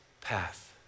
path